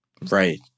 Right